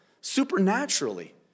supernaturally